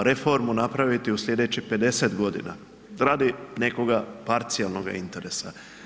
reformu napraviti u sljedećih 50 godina, radi nekoga parcijalnoga interesa.